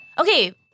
Okay